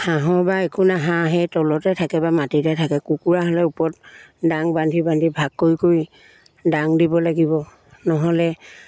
হাঁহৰ বাৰু একো নাই হাঁহ তলতে থাকে বা মাটিতে থাকে কুকুৰা হ'লে ওপৰত দাং বান্ধি বান্ধি ভাগ কৰি কৰি দাং দিব লাগিব নহ'লে